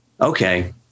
okay